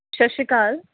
ਸਤਿ ਸ਼੍ਰੀ ਅਕਾਲ